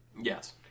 Yes